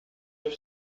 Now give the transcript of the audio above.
nos